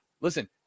listen